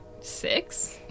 Six